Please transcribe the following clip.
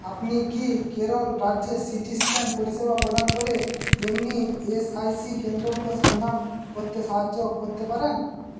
আপনি কি কেরল রাজ্যে সি টি স্ক্যান পরিষেবা প্রদান করে এমনি ই এস আই সি কেন্দ্রগুলোর সন্ধান করতে সাহায্য করতে পারেন